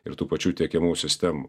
ir tų pačių tiekiamų sistemų